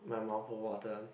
my mouth will water